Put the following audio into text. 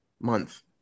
month